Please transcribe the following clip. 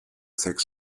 sechs